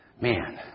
Man